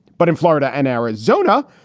but in florida and arizona,